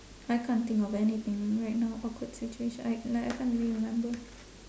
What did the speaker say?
I can't think of anything right now awkward situation I like I can't really remember